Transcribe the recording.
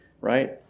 right